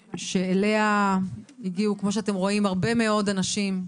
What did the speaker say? שאליה הגיעו, כמו שאתם רואים, הרבה מאוד אנשים.